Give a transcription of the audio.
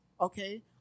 okay